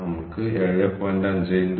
നമ്മൾക്ക് 7